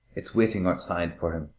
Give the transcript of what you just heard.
it's waiting outside for him.